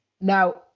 now